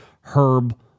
herb